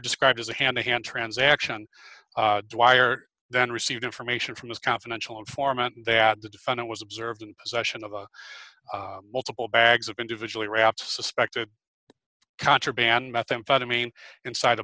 described as a hand to hand transaction wire then received information from his confidential informant that the defendant was observant possession of multiple bags of individually wrapped suspected contraband methamphetamine inside